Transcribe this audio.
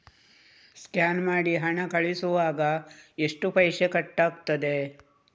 Scan ಮಾಡಿ ಹಣ ಕಳಿಸುವಾಗ ಎಷ್ಟು ಪೈಸೆ ಕಟ್ಟಾಗ್ತದೆ?